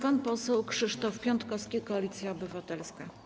Pan poseł Krzysztof Piątkowski, Koalicja Obywatelska.